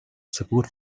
support